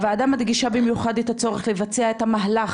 הוועדה מדגישה במיוחד את הצורך לבצע את המהלך,